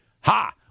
Ha